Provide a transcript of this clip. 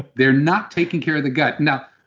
they're not taking care of the gut. now,